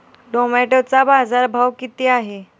टोमॅटोचा बाजारभाव किती आहे?